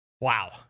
Wow